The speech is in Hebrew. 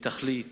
ותחליט